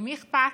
למי אכפת.